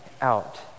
out